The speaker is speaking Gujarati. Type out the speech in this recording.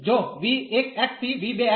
તો v1 થી v2